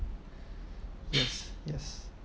yes yes